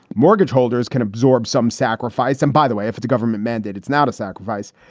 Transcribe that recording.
mortgage holders can absorb some sacrifice. and by the way, if it's a government mandate, it's not a sacrifice.